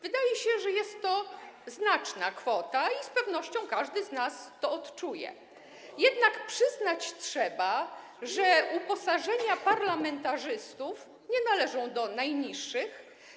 Wydaje się, że jest to znaczna kwota i z pewnością każdy z nas to odczuje, jednak trzeba przyznać, że uposażenia parlamentarzystów nie należą do najniższych.